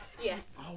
Yes